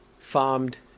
farmed